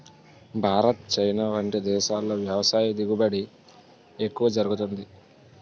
Bharat, China వంటి దేశాల్లో వ్యవసాయ దిగుబడి ఎక్కువ జరుగుతుంది